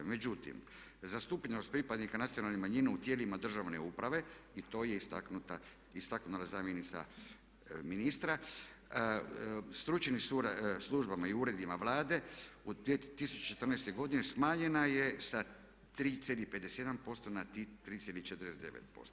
Međutim, zastupljenost pripadnika nacionalnih manjina u tijelima državne uprave, i to je istaknula zamjenica ministra, stručnim službama i uredima Vlade u 2014. godini smanjena je sa 3,57% na 3,49%